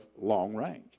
long-range